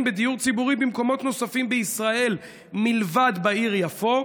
בדיור ציבורי במקומות נוספים בישראל מלבד בעיר יפו,